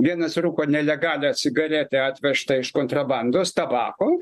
vienas rūko nelegalią cigaretę atvežtą iš kontrabandos tabako